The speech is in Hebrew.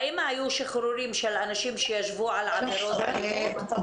האם היו שחרורים של אנשים שישבו על עבירות אלימות,